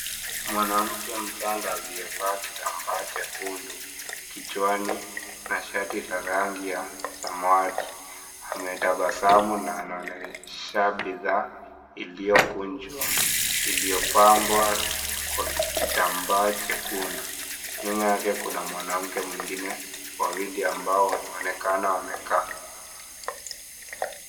Mwanamke mchanga aliyevaa kitambaa chekundu, kichwani, na shati la rangi ya samawati, ametabasamu na anaonyesha bidhaa iliyokunjwa, ilipambwa kwa kitambaa chekundu, nyuma yake kuna mwanamke mwingine, wawili ambao wanaonekana wamekaa.